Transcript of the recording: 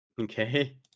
Okay